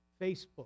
Facebook